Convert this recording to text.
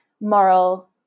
moral